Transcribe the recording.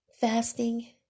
fasting